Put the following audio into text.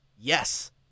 yes